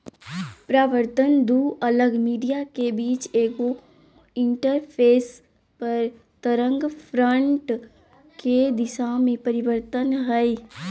परावर्तन दू अलग मीडिया के बीच एगो इंटरफेस पर तरंगफ्रंट के दिशा में परिवर्तन हइ